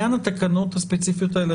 לעניין התקנות הספציפיות האלה,